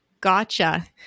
Gotcha